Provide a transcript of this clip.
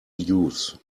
use